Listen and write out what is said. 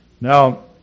Now